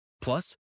Plus